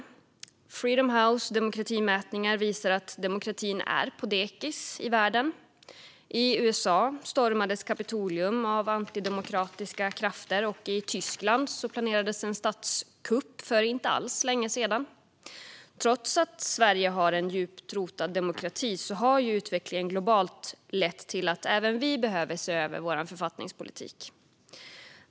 Demokratimätningar från Freedom House visar att demokratin är på dekis i världen. I USA stormades Kapitolium av antidemokratiska krafter, och i Tyskland planerades en statskupp för inte alls länge sedan. Trots att Sverige har en djupt rotad demokrati har utvecklingen globalt lett till att även vi behöver se över vår författningspolitik.